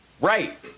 Right